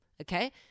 okay